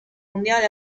mundial